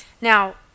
Now